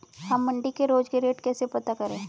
हम मंडी के रोज के रेट कैसे पता करें?